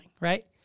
right